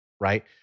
right